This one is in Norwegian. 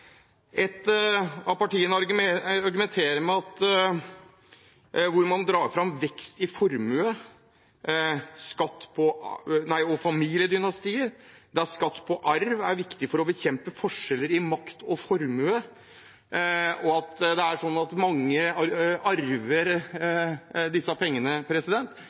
av partiene argumenterer med og drar fram vekst i formue og familiedynastier – at skatt på arv er viktig for å bekjempe forskjeller i makt og formue, og at mange arver disse pengene. Men det er også mange som skaper disse